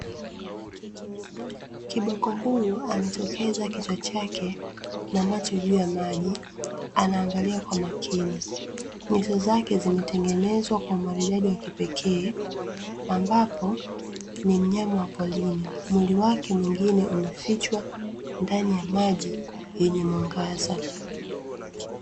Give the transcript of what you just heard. Kiboko huyu ametokeza kichwa chake na macho juu ya maji, anaangalia kwa makini nyuso zake zimetengenezwa kwa maridadi wa kipekee, ambapo ni mnyama wa porini mwili wake mwingine umefichwa ndani ya maji yenye mwangaza.